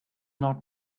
not